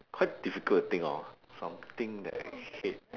quite difficult to think of something that I hate